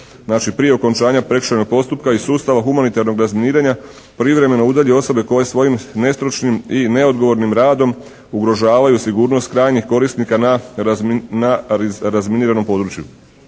prije okončanja prekršajnog postupka iz sustava humanitarnog razminiranja privremeno udalji osobe koje svojim nestručnim i neodgovornim radom ugrožavaju sigurnost krajnjih korisnika na, na razminiranom području.